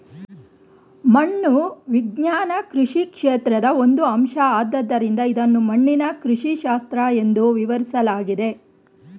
ಮಣ್ಣು ವಿಜ್ಞಾನ ಕೃಷಿ ಕ್ಷೇತ್ರದ ಒಂದು ಅಂಶ ಆದ್ದರಿಂದ ಇದನ್ನು ಮಣ್ಣಿನ ಕೃಷಿಶಾಸ್ತ್ರ ಎಂದೂ ವಿವರಿಸಲಾಗಿದೆ